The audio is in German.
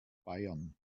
bayern